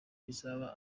bizaba